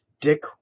Dick